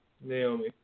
Naomi